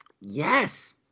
Yes